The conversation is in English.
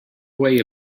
way